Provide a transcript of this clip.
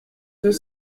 deux